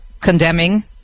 condemning